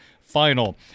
final